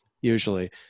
Usually